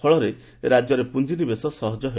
ଫଳରେ ରାଜ୍ୟରେ ପୁଞ୍ଜିନିବେଶ ସହଜ ହେବ